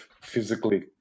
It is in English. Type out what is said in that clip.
physically